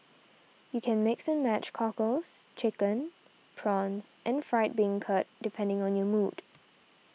you can mix and match cockles chicken prawns and fried bean curd depending on your mood